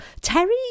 Terry